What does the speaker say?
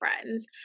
friends